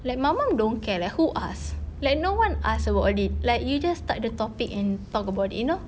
like mama don't care like who asked like no one asked about like you just tak ada topic and talked about it you know